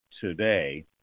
today